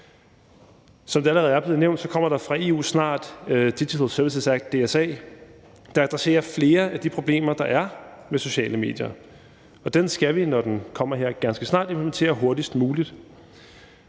Som det allerede er blevet nævnt, kommer der fra EU snart Digital Services Act, DSA, der adresserer flere af de problemer, der er med sociale medier, og den skal vi, når den kommer her ganske snart, implementere hurtigst muligt.